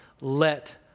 let